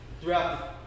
throughout